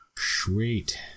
sweet